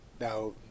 Now